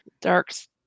Dark's